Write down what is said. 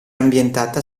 ambientata